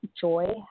joy